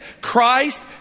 Christ